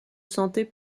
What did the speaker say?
sentait